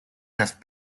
have